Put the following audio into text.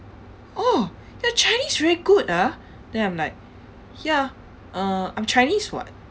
oh your chinese very good ah then I am like ya uh I'm chinese [what]